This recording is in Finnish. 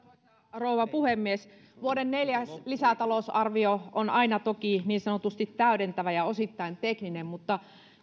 rouva puhemies vuoden neljäs lisätalousarvio on aina toki niin sanotusti täydentävä ja osittain tekninen mutta